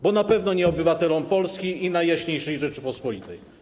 Bo na pewno nie obywatelom Polski, najjaśniejszej Rzeczypospolitej.